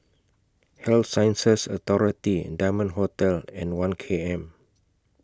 Health Sciences Authority Diamond Hotel and one K M